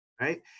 right